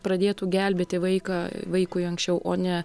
pradėtų gelbėti vaiką vaikui anksčiau o ne